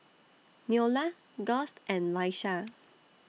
Neola Gust and Laisha